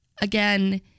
again